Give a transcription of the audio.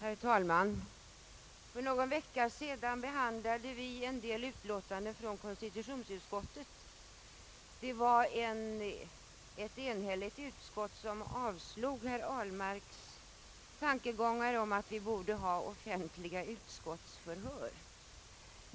Herr talman! För någon vecka sedan behandlade vi en del utlåtanden från konstitutionsutskottet, däribland ett i vilket ett enhälligt utskott avstyrkte herr Ahlmarks tankegångar om att vi i riksdagen borde ha offentliga utskottsförhör.